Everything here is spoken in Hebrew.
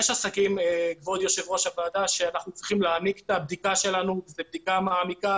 יש עסקים שאנחנו צריכים להעמיק את הבדיקה שלנו לבדיקה מעמיקה,